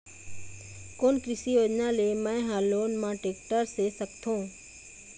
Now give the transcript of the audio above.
कोन कृषि योजना ले मैं हा लोन मा टेक्टर ले सकथों?